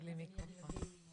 תודה כמובן על קיום הדיון.